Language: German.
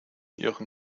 ihre